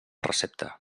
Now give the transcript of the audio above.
recepta